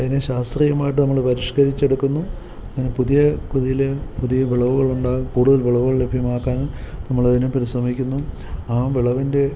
അതിന് ശാസ്ത്രീയമായിട്ട് നമ്മൾ പരിഷ്കരിച്ചെടുക്കുന്നു അതിന് പുതിയ രീതിയിൽ പുതിയ വിളവുകളുണ്ടാകാൻ കൂടുതൽ വിളവുകൾ ലഭ്യമാക്കാൻ നമ്മളതിന് പരിശ്രമിക്കുന്നു ആ വിളവിൻ്റെ